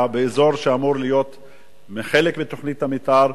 באזור שאמור להיות חלק מתוכנית המיתאר,